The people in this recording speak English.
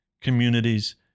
communities